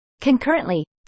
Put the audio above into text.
Concurrently